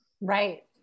Right